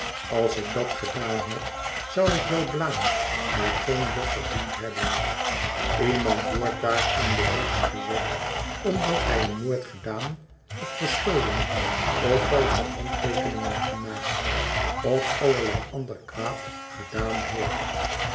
als ik dat gedaan had zou ik wel blaam maar geen lof verdiend hebben iemand wordt daar in de hulks gezet omdat hij een moord gedaan of gestolen of valsche handteekeningen gemaakt of allerlei ander kwaad gedaan heeft